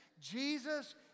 Jesus